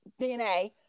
DNA